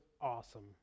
awesome